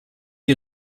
die